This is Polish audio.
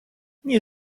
nie